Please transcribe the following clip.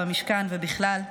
במשכן ובכלל,